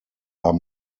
are